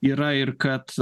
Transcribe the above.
yra ir kad